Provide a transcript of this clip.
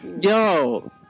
Yo